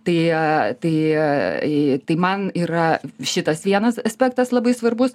tai e tai tai man yra šitas vienas aspektas labai svarbus